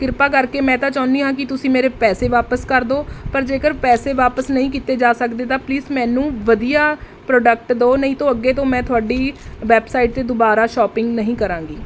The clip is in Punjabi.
ਕਿਰਪਾ ਕਰਕੇ ਮੈਂ ਤਾਂ ਚਾਹੁੰਦੀ ਆ ਕਿ ਤੁਸੀਂ ਮੇਰੇ ਪੈਸੇ ਵਾਪਸ ਕਰ ਦੋ ਪਰ ਜੇਕਰ ਪੈਸੇ ਵਾਪਸ ਨਹੀਂ ਕੀਤੇ ਜਾ ਸਕਦੇ ਤਾਂ ਪਲੀਜ਼ ਮੈਨੂੰ ਵਧੀਆ ਪ੍ਰੋਡਕਟ ਦੋ ਨਹੀਂ ਤੋਂ ਅੱਗੇ ਤੋਂ ਮੈਂ ਤੁਹਾਡੀ ਵੈਬਸਾਈਟ 'ਤੇ ਦੁਬਾਰਾ ਸ਼ੋਪਿੰਗ ਨਹੀਂ ਕਰਾਂਗੀ